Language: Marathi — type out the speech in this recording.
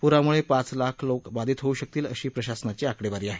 पुरामुळे पाच लाख लोक बाधित होऊ शकतील अशी प्रशासनाची आकडेवारी आहे